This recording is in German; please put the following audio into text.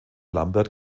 lambert